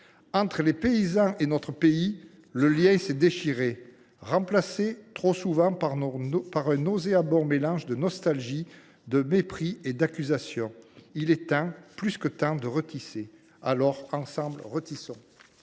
Entre les paysans et notre pays, le lien s’est déchiré. Remplacé, trop souvent, par un nauséabond mélange de nostalgie, de mépris et d’accusations. Il est temps, plus que temps, de retisser. » Ensemble, retissons